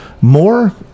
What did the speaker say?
more